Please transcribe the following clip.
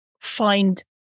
find